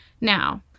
Now